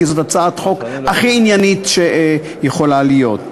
כי זאת הצעת חוק הכי עניינית שיכולה להיות.